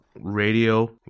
radio